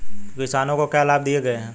किसानों को क्या लाभ दिए गए हैं?